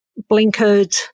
blinkered